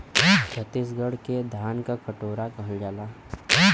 छतीसगढ़ के धान क कटोरा कहल जाला